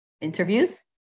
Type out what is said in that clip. interviews